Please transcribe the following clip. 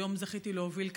היום זכיתי להוביל כאן,